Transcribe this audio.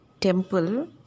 temple